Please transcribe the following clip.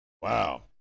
Wow